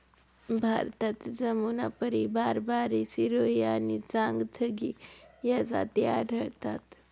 भारतात जमुनापारी, बारबारी, सिरोही आणि चांगथगी या जाती आढळतात